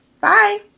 bye